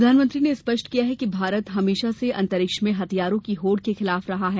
प्रधानमंत्री ने स्पष्ट किया कि भारत हमेशा से अंतरिक्ष में हथियारों की होड़ के खिलाफ रहा है